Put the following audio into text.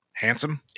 handsome